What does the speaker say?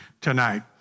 tonight